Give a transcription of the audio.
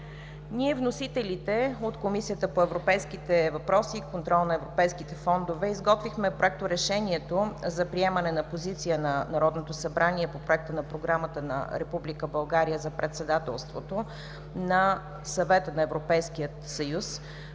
Ние, вносителите от Комисията по европейските въпроси и контрол на европейските фондове, изготвихме Проекторешението за приемане на позиция на Народното събрание по Проекта на програмата на Република България за председателството на Съвета на Европейския съюз